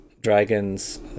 Dragons